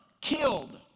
killed